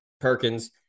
Perkins